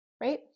right